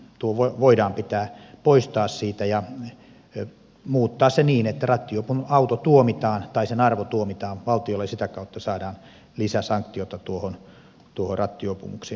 tuo voidaan pitää poistaa siitä ja muuttaa se niin että rattijuopon auto tai sen arvo tuomitaan valtiolle ja sitä kautta saadaan lisäsanktiota tuohon rattijuopumukseen